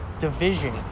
division